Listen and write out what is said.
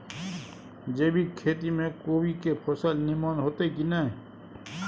जैविक खेती म कोबी के फसल नीमन होतय की नय?